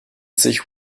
sich